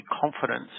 confidence